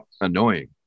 annoying